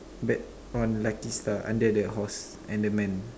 bet on lucky star under the horse and the man